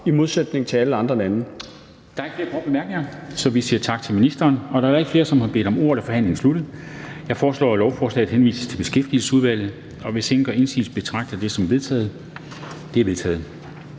i modsætning til alle andre lande.